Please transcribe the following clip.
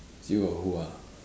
still got who ah